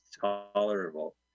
tolerable